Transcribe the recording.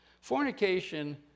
Fornication